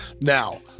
Now